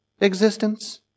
existence